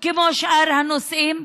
כמו שאר הנושאים?